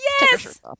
Yes